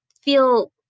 feel